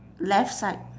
left side